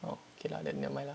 oh okay lah then never mind lah